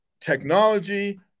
technology